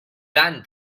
done